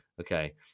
Okay